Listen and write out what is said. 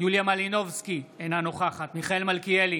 יוליה מלינובסקי, אינה נוכחת מיכאל מלכיאלי,